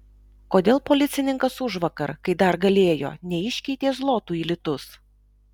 kodėl policininkas užvakar kai dar galėjo neiškeitė zlotų į litus